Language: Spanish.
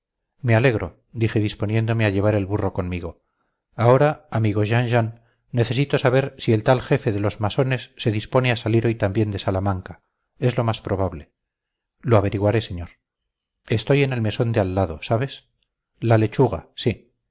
me alegro dije disponiéndome a llevar el burro conmigo ahora amigo jean jean necesito saber si el tal jefe de los masones se dispone a salir hoy también de salamanca es lo más probable lo averiguaré señor estoy en el mesón de al lado sabes la lechuga sí